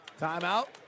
Timeout